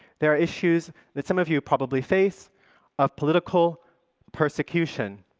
there are issues that some of you probably face of political persecution.